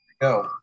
go